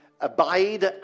abide